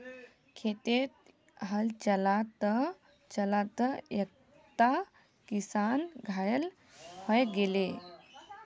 खेतत हल चला त चला त एकता किसान घायल हय गेले